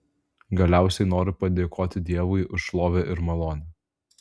galiausiai noriu padėkoti dievui už šlovę ir malonę